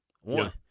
One